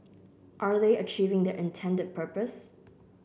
are they achieving their intended purpose